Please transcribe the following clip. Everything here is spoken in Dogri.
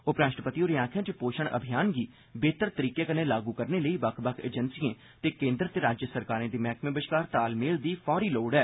उपराष्ट्रपति होरें गलाया जे पोषण अभियान गी बेहतर तरीके कन्नै लागू करने लेई बक्ख बक्ख एजेंसियें ते केंद्र ते राज्य सरकारें दे मैह्कमें बश्कार तालमेल दी फौरी लोड़ ऐ